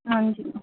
ਹਾਂਜੀ